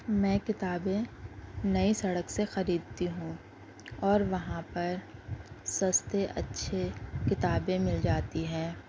میں کتابیں نئی سڑک سے خریدتی ہوں اور وہاں پر سستے اچھے کتابیں مل جاتی ہیں